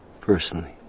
personally